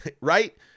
right